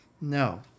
No